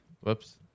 Whoops